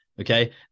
okay